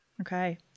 okay